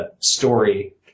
story